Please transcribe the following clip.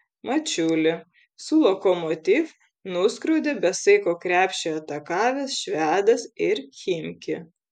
mačiulį su lokomotiv nuskriaudė be saiko krepšį atakavęs švedas ir chimki